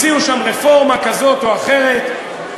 הציעו שם רפורמה כזאת או אחרת.